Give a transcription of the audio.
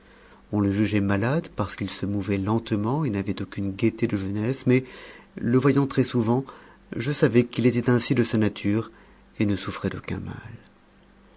on le jugeait malade parce qu'il se mouvait lentement et n'avait aucune gaieté de jeunesse mais le voyant très-souvent je savais qu'il était ainsi de sa nature et ne souffrait d'aucun mal